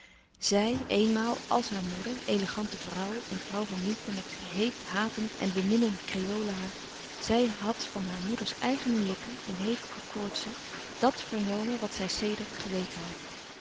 zij eenmaal àls haar moeder elegante vrouw en vrouw van liefde met heet hatend en beminnend kreole hart zij had van haar moeders eigene lippen in hevige koortsen dàt vernomen wat zij sedert geweten had